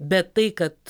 bet tai kad